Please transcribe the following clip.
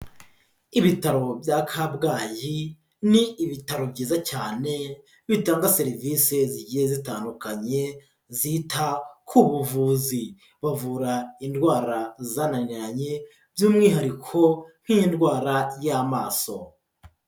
Ibitaro bya Kabgayi ni ibitaro byiza cyane, bitanga serivisi zigiye zitandukanye, zita ku buvuzi. Bavura indwara zananiranye, by'umwihariko nk'indwara y'amaso.